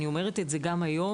אני אומרת את זה גם היום,